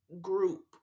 group